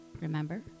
Remember